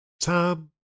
Tom